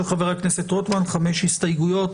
של חבר הכנסת רוטמן, חמש הסתייגויות.